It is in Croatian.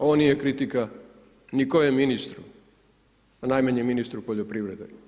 Ovo nije kritika ni kojem ministru, a najmanje ministru poljoprivrede.